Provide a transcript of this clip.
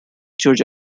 church